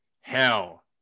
hell